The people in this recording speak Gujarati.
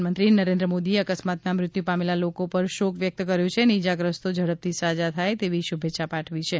પ્રધાનમંત્રી શ્રી નરેન્દ્ર મોદીએ અકસ્માતમાં મૃત્યુ પામેલા લોકો પર શોક વ્યકત કર્યો છે અને ઇજાગ્રસ્તો ઝડપથી સાજા થાય તેવી શુભેચ્છા પાઠવી છે